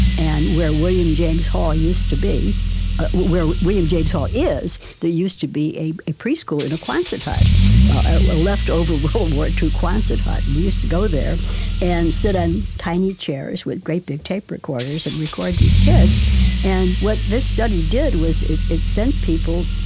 and where william james hall used to be where william james hall is there used to be a a preschool in a quonset hut a leftover world war ii quonset hut. we used to go there and sit on tiny chairs with great, big tape recorders and record these kids and what this study did was it it sent people,